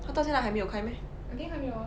他到现在还没有开 meh